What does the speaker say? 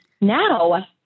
Now